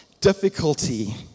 difficulty